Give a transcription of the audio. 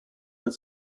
that